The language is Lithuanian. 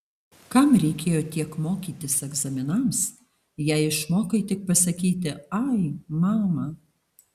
kam reikėjo tiek mokytis egzaminams jei išmokai tik pasakyti ai mama